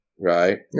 right